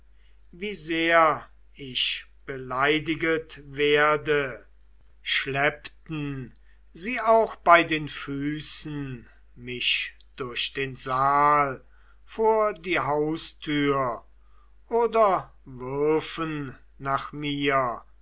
wie sehr ich beleidiget werde schleppten sie auch bei den füßen mich durch den saal vor die haustür oder würfen nach mir